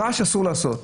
הרי רעש אסור לעשות,